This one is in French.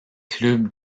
club